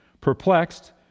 perplexed